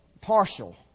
Partial